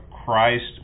Christ